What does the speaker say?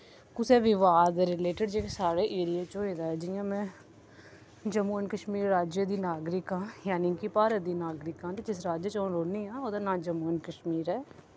कुसै विवाद दे रिलेटड जेह्के साढ़े एरिये च होए दा जि'यां में जम्मू ऐंड कश्मीर राज्य दी नागरिक आं जानी के भारत दी नागरिक आं ते जिस राज्य च अ'ऊं रौह्न्नी आं ओह्दा नांऽ जम्मू ऐंड कश्मीर ऐ